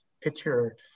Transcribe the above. picture